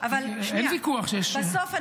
אין ויכוח שיש --- בסוף,